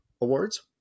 Awards